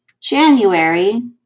January